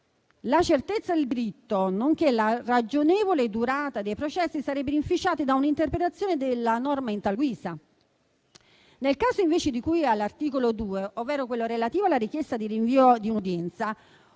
La certezza del diritto nonché la ragionevole durata dei processi sarebbero inficiate da un'interpretazione della norma in tal guisa. Nel caso invece di cui all'articolo 2, ovvero quello relativo alla richiesta di rinvio di udienza,